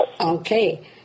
Okay